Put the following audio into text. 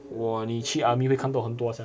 我你去 army 会看到很多